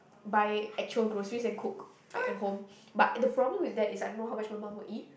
buy actual groceries and cook like at home but the problem is that I know how much my mum would eat